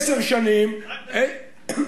אתה חושב שצריך לבנות רק בתל-אביב?